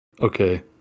okay